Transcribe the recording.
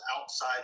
outside